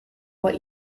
what